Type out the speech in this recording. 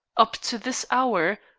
up to this hour,